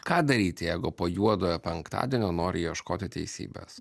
ką daryti jeigu po juodojo penktadienio nori ieškoti teisybės